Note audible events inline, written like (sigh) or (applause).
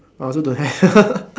I also don't have (laughs)